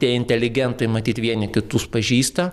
tie inteligentai matyt vieni kitus pažįsta